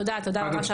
תודה רבה.